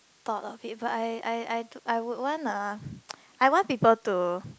thought of it but I I I I would want a I want people to